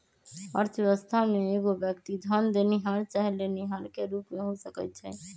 अर्थव्यवस्था में एगो व्यक्ति धन देनिहार चाहे लेनिहार के रूप में हो सकइ छइ